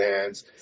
hands